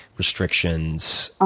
restrictions, ah